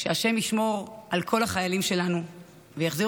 שהשם ישמור על כל החיילים שלנו ויחזיר